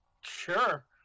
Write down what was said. Sure